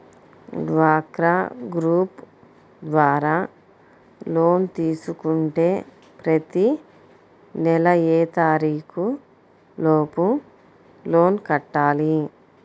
డ్వాక్రా గ్రూప్ ద్వారా లోన్ తీసుకుంటే ప్రతి నెల ఏ తారీకు లోపు లోన్ కట్టాలి?